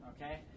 okay